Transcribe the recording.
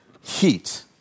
heat